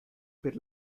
per